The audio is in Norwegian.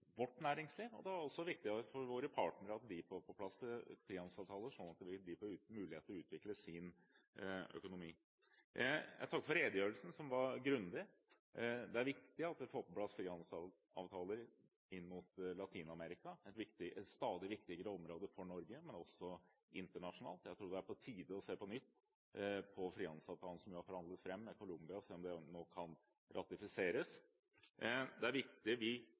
vårt næringsliv, og det er også viktig for våre partnere at de får på plass frihandelsavtaler sånn at de får mulighet til å utvikle sin økonomi. Jeg takker for redegjørelsen, som var grundig. Det er viktig at vi får på plass frihandelsavtaler inn mot Latin-Amerika, et stadig viktigere område for Norge, men også internasjonalt. Jeg tror det er på tide på nytt å se på frihandelsavtalen som er forhandlet fram med Colombia, for å se om den nå kan ratifiseres. Vi i Venstre mener også det er riktig å se på mulighetene i